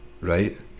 Right